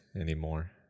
anymore